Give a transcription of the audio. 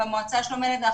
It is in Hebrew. במועצה לשלום הילד,